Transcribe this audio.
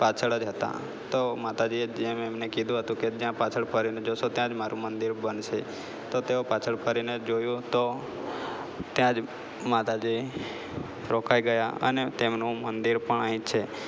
પાછળ જ હતા તો માતાજીએ જેમ એમને કીધું હતું કે ત્યાં પાછળ ફરીને જોશો ત્યાં જ મારું મંદિર બનશે તો તેઓ પાછળ ફરીને જ જોયું તો ત્યાં જ માતાજી રોકાઈ ગયા અને તેમનું મંદિર પણ અહીં છે